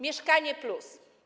Mieszkanie+”